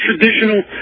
traditional